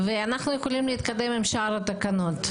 ואנו יכולים להתקדם עם שאר התקנות.